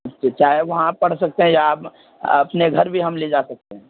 چاہے وہاں پڑھ سکتے ہیں یا آپ اپنے گھر بھی ہم لے جا سکتے ہیں